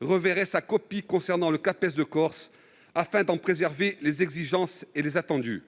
reverrait sa copie concernant le Capes de corse, afin d'en préserver les exigences et les attendus.